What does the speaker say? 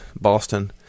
Boston